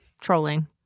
trolling